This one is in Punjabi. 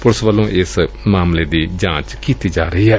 ਪੁਲਿਸ ਵੱਲੋਂ ਮਾਮਲੇ ਦੀ ਜਾਂਚ ਕੀਤੀ ਜਾ ਰਹੀ ਏ